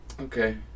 Okay